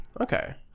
Okay